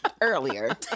Earlier